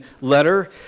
letter